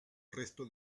resto